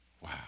Wow